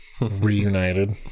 Reunited